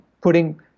putting